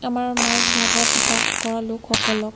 আমাৰ মাজভাগত বাস কৰা লোকসকলক